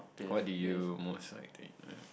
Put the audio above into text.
what do you most like to eat uh